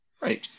Right